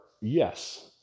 Yes